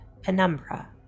Penumbra